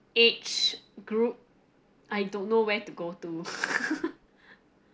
age group I don't know where to go to